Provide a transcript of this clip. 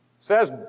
says